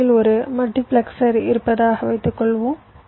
இடையில் ஒரு மல்டிபிளெக்சர் இருப்பதாக வைத்துக்கொள்வோம்